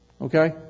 Okay